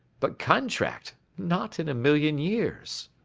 but contract? not in a million years.